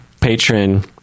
patron